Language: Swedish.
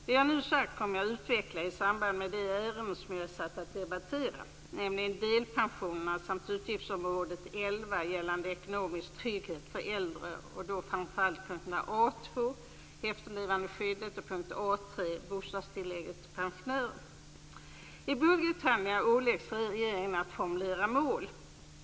Det jag nu sagt kommer jag att utveckla i samband med de ärenden som jag är satt att debattera, nämligen delpensionerna samt utgiftsområde 11 gällande ekonomisk trygghet för äldre och då framför allt punkt A 2 efterlevandeskyddet och punkt A 3 bostadstilläggen till pensionärer. I budgethandlingarna åläggs regeringen att formulera mål.